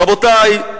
רבותי,